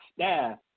staff